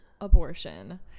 abortion